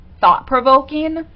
thought-provoking